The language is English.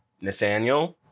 Nathaniel